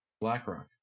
BlackRock